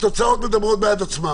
התוצאות מדברות בעד עצמן.